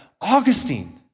Augustine